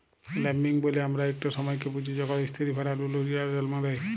lambing ব্যলে আমরা ইকট সময়কে বুঝি যখল ইস্তিরি ভেড়া লুলু ছিলা জল্ম দেয়